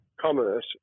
commerce